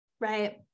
right